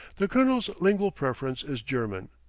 the colonel's lingual preference is german,